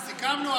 סיכמנו,